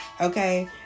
okay